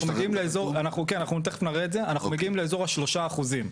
אנחנו מגיעים לאזור השלושה אחוזים.